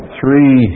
three